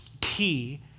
key